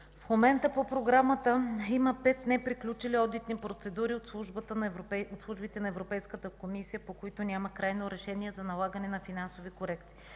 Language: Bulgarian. в момента по Програмата има пет неприключили одитни процедури от службите на Европейската комисия, по които няма крайно решение за налагане на финансови корекции.